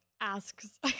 asks